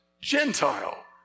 Gentile